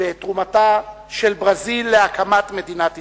ואת תרומתה של ברזיל להקמת מדינת ישראל.